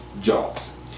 jobs